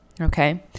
Okay